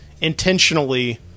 intentionally